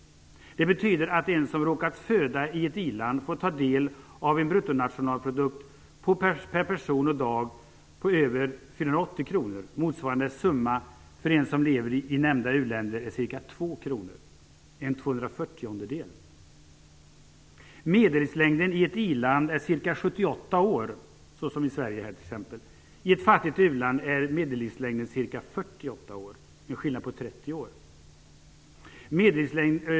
Det betyder att den som råkat födas i ett i-land får ta del av en bruttonationalprodukt per person och dag på över 480 kr. Motsvarande summa för den som lever i nämnda u-länder är ca 2 kr, alltså endast 1/240. Medellivslängden i ett i-land såsom Sverige är ca 78 år. I ett fattigt u-land är medellivslängden ca 48 år - en skillnad på 30 år.